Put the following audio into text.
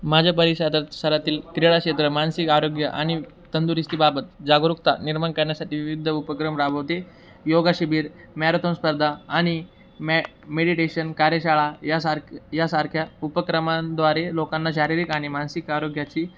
माझ्या परिसर सरातील क्रीडा केत्र मानसिक आरोग्य आणि तंदुरस्तीबाबत जागरूकता निर्माण करण्यासाठी विविध उपक्रम राबवते योगाशिबीर मॅरेथॉन स्पर्धा आणि मॅ मेडिटेशन कार्यशाळा यासारख यासारख्या उपक्रमांद्वारे लोकांना शारीरिक आणि मानसिक आरोग्याची